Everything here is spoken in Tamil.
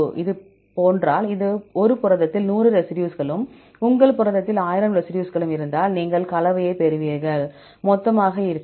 இதுபோன்றால் ஒரு புரதத்தில் 100 ரெசிடியூஸ்களும் உங்கள் புரதத்தில் 1000 ரெசிடியூஸ்களும் இருந்தால் நீங்கள் கலவையைப் பெறுவீர்கள் மொத்தமாக இருக்கும்